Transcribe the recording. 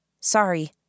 Sorry